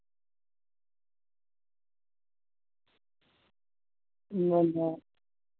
ना ना